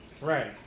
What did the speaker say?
Right